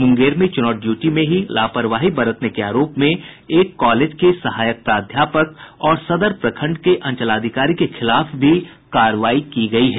मुंगेर में चुनाव ड्यूटी में ही लापरवाही बरतने के आरोप में एक कॉलेज के सहायक प्राध्यापक और सदर प्रखंड के अंचलाधिकारी के खिलाफ भी कार्रवाई की गयी है